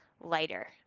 lighter